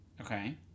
Okay